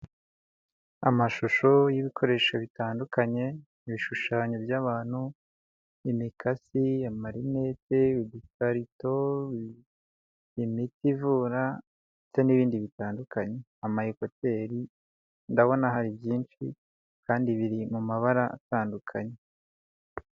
Amashusho y'ibikoresho bitandukanye, ibishushanyo by'abantu imikasi, amarinete, udukarito, imiti ivura ndetse n'ibindi bitandukanye nk'amayekuteri, ndabona hari byinshi kandi biri mu mabara atandukanye.